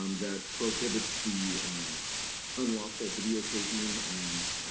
um that prohibits the unlawful videotaping and